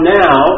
now